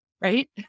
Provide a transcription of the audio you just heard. right